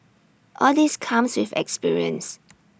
all this comes with experience